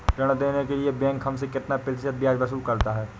ऋण देने के लिए बैंक हमसे कितना प्रतिशत ब्याज वसूल करता है?